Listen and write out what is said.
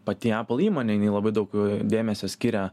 pati epul įmonė labai daug dėmesio skiria